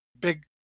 Big